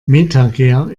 metager